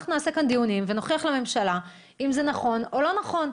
אנחנו נעשה כאן דיונים ונוכיח לממשלה אם זה נכון או לא נכון,